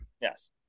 Yes